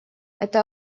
эта